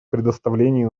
предоставлении